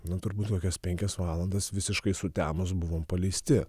nu turbūt kokias penkias valandas visiškai sutemus buvom paleisti